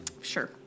Sure